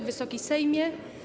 Wysoki Sejmie!